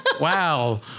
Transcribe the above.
Wow